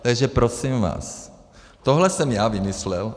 Takže prosím vás, tohle jsem já vymyslel.